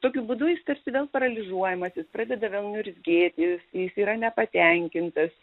tokiu būdu jis tarsi vėl paralyžuojamas jis pradeda vėl niurzgėti jis jis yra nepatenkintas